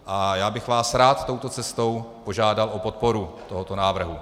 A já bych vás rád touto cestou požádal o podporu tohoto návrhu.